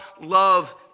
love